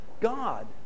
God